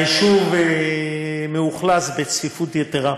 היישוב מאוכלס בצפיפות יתרה,